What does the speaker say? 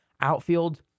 Outfield